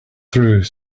through